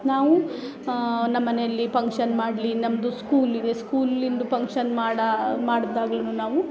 ನಾವು ನಮ್ಮಮನೆಯಲ್ಲಿ ಪಂಕ್ಷನ್ ಮಾಡ್ಲಿ ನಮ್ಮದು ಸ್ಕೂಲಿವೆ ಸ್ಕೂಲಿಂದು ಪಂಕ್ಷನ್ ಮಾಡಿ ಮಾಡಿದಾಗ್ಲೂ ನಾವು